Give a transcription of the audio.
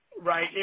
right